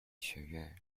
学院